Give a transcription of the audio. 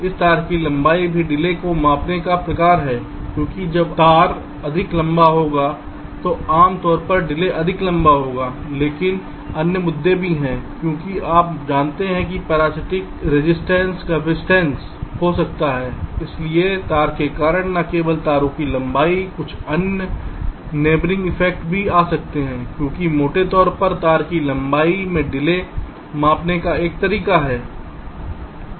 इस तार की लंबाई भी डिले को मापने का प्रकार है क्योंकि जब तार अधिक लंबा होगा तो आम तौर पर डिले अधिक लंबा होगा लेकिन अन्य मुद्दे भी हैं क्योंकि आप जानते हैं कि पैरासिटिक रेजिस्टेंस कपसिटनेस हो सकता है इसलिए तार के कारण न केवल तारों की लंबाई कुछ अन्य नेइबोरिंग इफेक्ट्स भी आ सकते हैं लेकिन मोटे तौर पर तार की लंबाई में डिले मापने का एक उपाय है